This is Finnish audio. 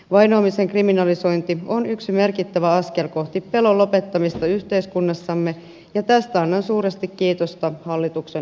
vainoamisen kriminalisointi on yksi merkittävä askel kohti pelon lopettamista yhteiskunnassamme ja tästä annan suuresti kiitosta hallituksen esitykselle